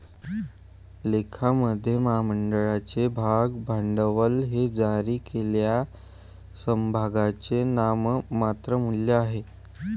लेखामध्ये, महामंडळाचे भाग भांडवल हे जारी केलेल्या समभागांचे नाममात्र मूल्य आहे